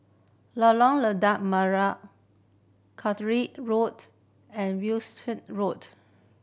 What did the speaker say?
Lorong Lada Merah Caterick Road and Wishart Road